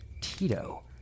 Tito